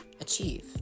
achieve